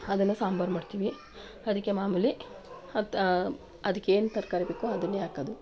ಅದನ್ನು ಸಾಂಬಾರು ಮಾಡ್ತೀವಿ ಅದಕ್ಕೆ ಮಾಮೂಲಿ ಹತ್ತು ಅದಕ್ಕೆ ಏನು ತರಕಾರಿ ಬೇಕು ಅದನ್ನೇ ಹಾಕೋದು